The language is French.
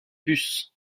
bus